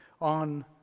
on